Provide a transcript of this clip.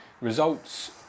Results